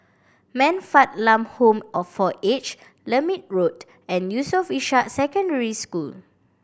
Man Fatt Lam Home all for Aged Lermit Road and Yusof Ishak Secondary School